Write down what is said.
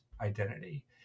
identity